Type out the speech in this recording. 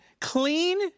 clean